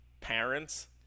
parents